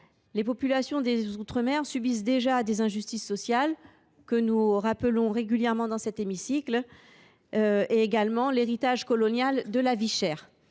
Les populations des outre mer subissent déjà des injustices sociales, que nous rappelons régulièrement dans cet hémicycle, ainsi que l’héritage colonial de la vie chère.